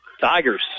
Tigers